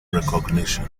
recognition